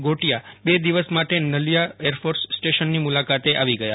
ઘોટિયા બે દિવસ માટે નલિયા એરફોર્સ સ્ટેશનની મુલાકાતે આવી ગયા